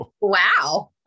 wow